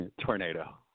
Tornado